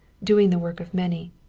doing the work of many.